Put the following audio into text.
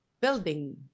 building